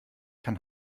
kann